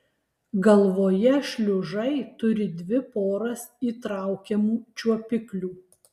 galvoje šliužai turi dvi poras įtraukiamų čiuopiklių